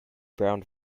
brown